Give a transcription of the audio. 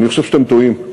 אני חושב שאתם טועים.